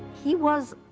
he was,